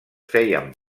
feien